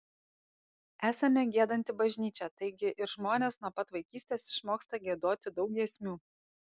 esame giedanti bažnyčia taigi ir žmonės nuo pat vaikystės išmoksta giedoti daug giesmių